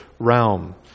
realm